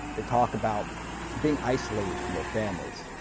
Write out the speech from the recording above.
they talk about being isolated from their families.